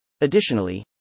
Additionally